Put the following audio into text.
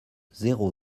zéro